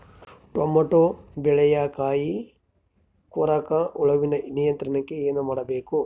Tomato ಬೆಳೆಯ ಕಾಯಿ ಕೊರಕ ಹುಳುವಿನ ನಿಯಂತ್ರಣಕ್ಕೆ ಏನು ಮಾಡಬೇಕು?